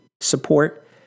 support